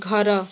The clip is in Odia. ଘର